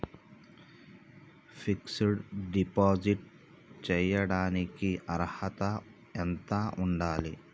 Fix డ్ deposit చేయటానికి అర్హత ఎంత ఉండాలి?